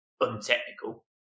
untechnical